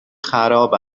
خراب